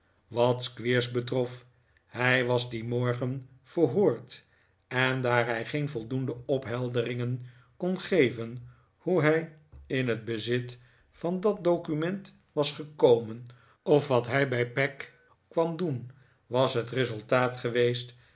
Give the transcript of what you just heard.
wat squeers betrof hij was dien morgen verhoord en daar hij geen voldoende ophelderingen kon geven hoe hij in het bezit van dat document was gekomen of wat hij bij peg kwam doen was het resultaat geweest